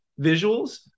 visuals